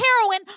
heroin